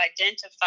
identify